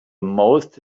most